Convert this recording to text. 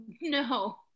No